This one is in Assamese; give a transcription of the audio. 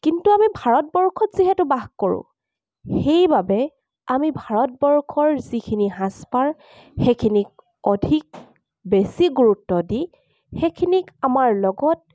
কিন্তু আমি ভাৰতবৰ্ষত যিহেতু বাস কৰোঁ সেইবাবে আমি ভাৰতবৰ্ষৰ যিখিনি সাজপাৰ সেইখিনিক অধিক বেছি গুৰুত্ব দি সেইখিনিক আমাৰ লগত